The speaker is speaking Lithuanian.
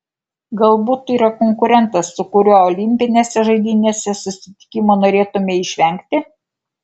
galbūt yra konkurentas su kuriuo olimpinėse žaidynėse susitikimo norėtumei išvengti